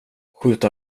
skjuta